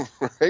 right